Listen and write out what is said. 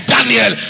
Daniel